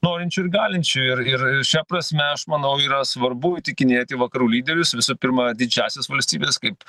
norinčių ir galinčių ir ir šia prasme aš manau yra svarbu įtikinėti vakarų lyderius visų pirma didžiąsias valstybes kaip